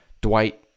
Dwight